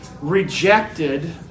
rejected